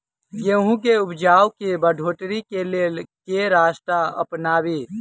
गेंहूँ केँ उपजाउ केँ बढ़ोतरी केँ लेल केँ रास्ता अपनाबी?